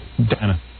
Dana